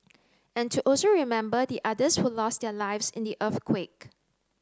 and to also remember the others who lost their lives in the earthquake